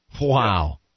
Wow